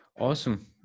Awesome